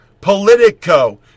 Politico